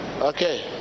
Okay